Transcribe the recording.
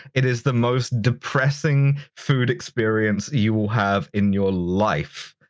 it is the most depressing food experience you will have in your life.